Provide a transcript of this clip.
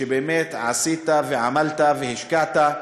שבאמת עשית ועמלת והשקעת.